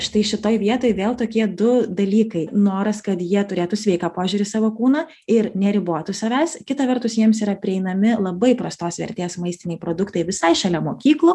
štai šitoj vietoj vėl tokie du dalykai noras kad jie turėtų sveiką požiūrį į savo kūną ir neribotų savęs kita vertus jiems yra prieinami labai prastos vertės maistiniai produktai visai šalia mokyklų